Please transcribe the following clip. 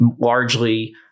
largely